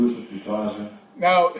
Now